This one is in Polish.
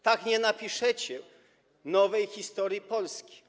Tak nie napiszecie nowej historii Polski.